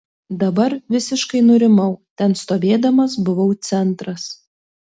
dabar visiškai nurimau ten stovėdamas buvau centras